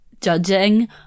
judging